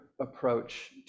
approach